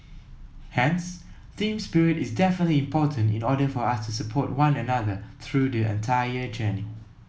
hence team spirit is definitely important in order for us to support one another through the entire journey